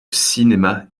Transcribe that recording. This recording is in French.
cinéma